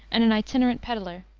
and an itinerant peddler.